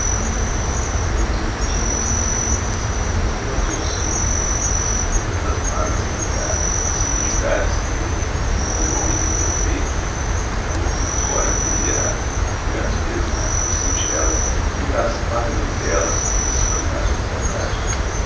mas eu bendigo estas dores mas eu abençôo o leito que tantas mágoas me dá se me jurares querida que meu nome no teu peito morto embora viverá que às vezes na cruz singela tu irás pálida e bela desfolhar uma saudade